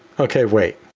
okay, wait,